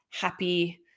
happy